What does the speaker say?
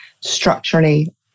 structurally